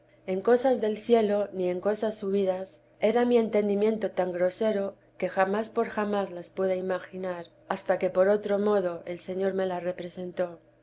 en cosas del cielo ni en cosas subidas era mi entendimiento tan grosero que jamás por jamás las pude imaginar hasta que por otro modo el señor me las representó